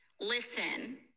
listen